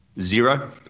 Zero